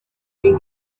you